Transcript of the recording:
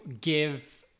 give